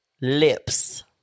Lips